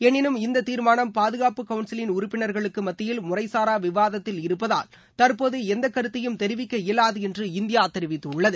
எனினும் இந்த தீர்மானம் பாதுகாப்பு கவுன்சிலின் உறுப்பினர்களுக்கு மத்தியில் முறைசாரா விவாதத்தில் இருப்பதால் தற்போது எந்த கருத்தையும் தெரிவிக்க இயலாது என்று இந்தியா தெரிவித்துள்ளது